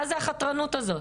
מה זו החתרנות הזאת?